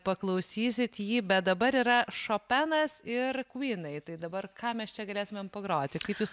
paklausysit jį bet dabar yra šopenas ir kvynai tai dabar ką mes čia galėtumėme pagroti kaip jūs